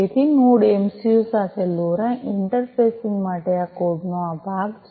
તેથી node MCU સાથે LoRa interfacing માટે આ કોડનો આ ભાગ છે